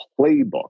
playbook